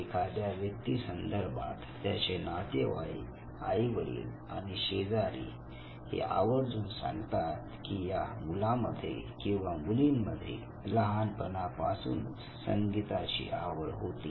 एखाद्या व्यक्ती संदर्भात त्याचे नातेवाईक आई वडील आणि शेजारी हे आवर्जून सांगतात की या मुलांमध्ये किंवा मुलींमध्ये लहानपणापासूनच संगीताची आवड होती